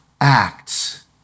acts